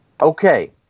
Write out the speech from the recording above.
okay